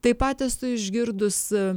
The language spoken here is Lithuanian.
taip pat esu išgirdus